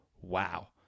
wow